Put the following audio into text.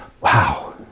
Wow